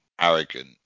arrogant